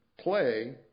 play